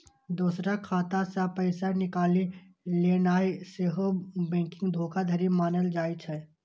दोसरक खाता सं पैसा निकालि लेनाय सेहो बैंकिंग धोखाधड़ी मानल जाइ छै